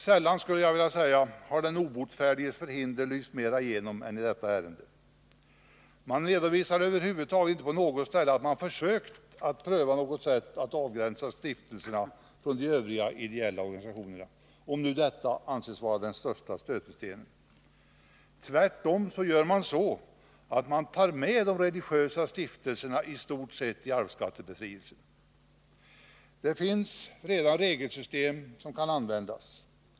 Sällan — skulle jag vilja säga — har den obotfärdiges förhinder lyst mera igenom än i detta ärende. Man redovisar över huvud taget inte på något ställe att man försökt att pröva något sätt att avgränsa stiftelserna från de övriga ideella organisationerna, om nu detta anses vara den största stötestenen. Tvärtom tar man ju med de religiösa stiftelserna, i stort sett, i arvskattebefrielsen. Det finns redan regelsystem som kan användas.